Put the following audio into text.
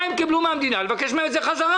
מה הם קיבלו מן המדינה ולבקש מהם את זה חזרה,